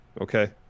Okay